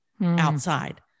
outside